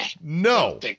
No